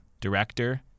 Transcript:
director